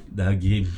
dah give